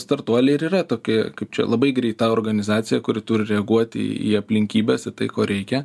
startuoliai ir yra tokie kaip čia labai greita organizaciją kuri turi reaguoti į aplinkybes į tai ko reikia